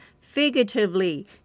figuratively